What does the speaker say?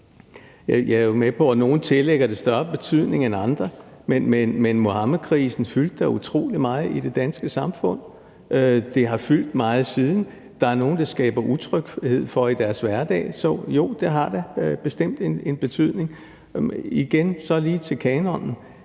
Jeg er jo med på, at nogle tillægger det større betydning end andre, men Muhammedkrisen fyldte da utrolig meget i det danske samfund. Det har fyldt meget siden. Der er nogle, det skaber utryghed for i deres hverdag. Så jo, det har da bestemt en betydning. Igen vil jeg